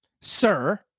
Sir